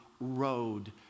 road